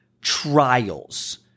trials